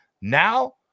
Now